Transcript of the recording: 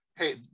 hey